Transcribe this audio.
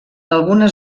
algunes